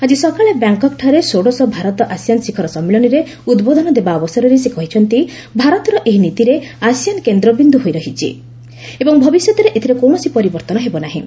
ଆଜି ସକାଳେ ବ୍ୟାଙ୍ଗ୍କକ୍ଠାରେ ଷୋଡଶ ଭାରତ ଆସିଆନ୍ ଶିଖର ସମ୍ମିଳନୀରେ ଉଦ୍ବୋଧନ ଦେବା ଅବସରରେ ସେ କହିଛନ୍ତି ଭାରତର ଏହି ନୀତିରେ ଆସିଆନ୍ କେନ୍ଦ୍ରବିନ୍ଦ ହୋଇ ରହିଛି ଏବଂ ଭବିଷ୍ୟତରେ ଏଥରେ କୌଣସି ପରିବର୍ତ୍ତନ ହେବ ନାହିଁ